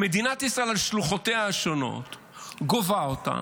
שמדינת ישראל על שלוחותיה השונות גובה אותם,